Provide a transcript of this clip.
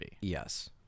Yes